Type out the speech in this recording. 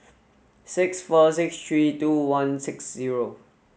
six four six three two one six zero